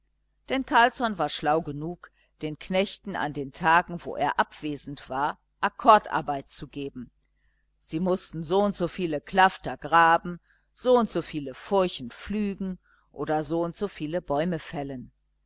denn carlsson war schlau genug den knechten an den tagen wo er abwesend war akkordarbeit zu geben sie mußten soundso viele klafter graben soundso viele furchen pflügen oder soundso viele bäume fällen